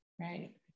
right